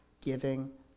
giving